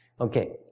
Okay